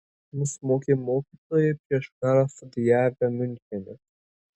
mus mokė mokytojai prieš karą studijavę miunchene